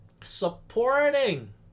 Supporting